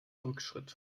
rückschritt